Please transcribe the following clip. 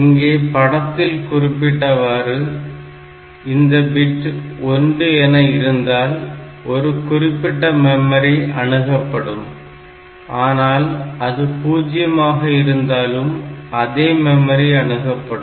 இங்கே படத்தில் குறிப்பிட்டவாறு இந்த பிட்டு 1 என இருந்தால் ஒரு குறிப்பிட்ட மெமரி அணுகப்படும் ஆனால் அது பூஜ்யமாக இருந்தாலும் அதே மெமரி அணுகப்படும்